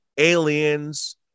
Aliens